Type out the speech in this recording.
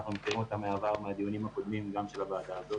אנחנו מכירים אותה מהעבר מהדיונים הקודמים בוועדה הזאת.